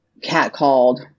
catcalled